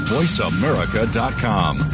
VoiceAmerica.com